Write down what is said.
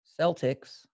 Celtics